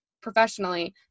professionally